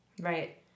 Right